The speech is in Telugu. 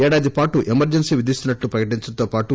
ఏడాదిపాటు ఎమర్టెన్సీ విధిస్తున్నట్లు ప్రకటించడంతో పాటు